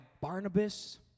Barnabas